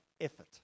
effort